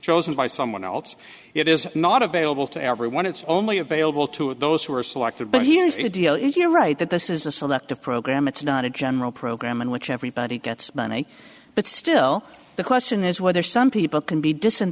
chosen by someone else it is not available to everyone it's only available to those who are selected but here's the deal if you're right that this is a selective program it's not a general program in which everybody gets money but still the question is whether some people can be dis